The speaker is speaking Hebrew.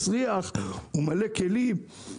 מסריח ומלא כלים.